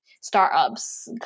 startups